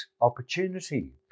opportunity